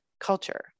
culture